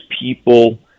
people